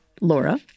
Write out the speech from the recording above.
Laura